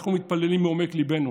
אנחנו מתפללים מעומק ליבנו